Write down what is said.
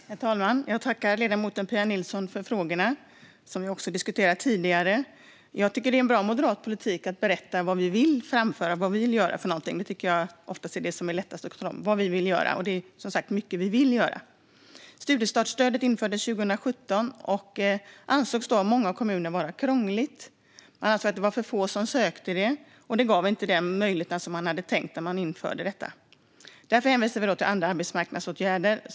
Herr talman! Jag tackar ledamoten Pia Nilsson för frågorna, som vi också har diskuterat tidigare. Jag tycker att det är en bra moderat politik att berätta vad vi vill framföra och vad vi vill göra. Det är oftast det som är lättast att tala om. Som sagt är det mycket vi vill göra. Studiestartsstödet infördes 2017 och ansågs då av många kommuner vara krångligt. Det ansågs att det var för få som sökte det och att det inte gav de möjligheter som man hade tänkt när man införde detta. Därför hänvisar vi till andra arbetsmarknadsåtgärder.